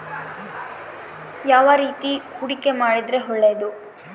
ಯಾವ ರೇತಿ ಹೂಡಿಕೆ ಮಾಡಿದ್ರೆ ಒಳ್ಳೆಯದು?